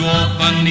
open